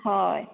হয়